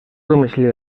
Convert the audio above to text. domicili